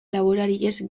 laborariez